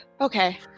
Okay